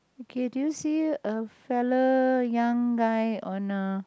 okay do you see a fellow young guy on a